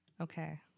Okay